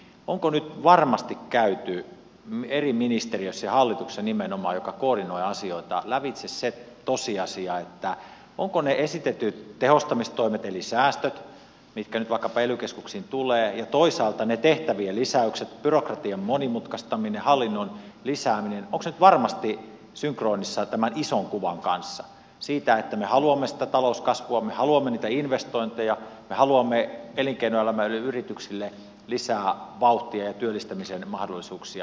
onko nyt varmasti käyty eri ministeriöissä ja nimenomaan hallituksessa joka koordinoi asioita lävitse se tosiasia että ovatko ne esitetyt tehostamistoimet eli säästöt mitkä nyt vaikkapa ely keskuksiin tulevat ja toisaalta ne tehtävien lisäykset byrokratian monimutkaistaminen hallinnon lisääminen nyt varmasti synkronissa tämän ison kuvan kanssa siitä että me haluamme sitä talouskasvua me haluamme niitä investointeja me haluamme elinkeinoelämälle ja yrityksille lisää vauhtia ja työllistämisen mahdollisuuksia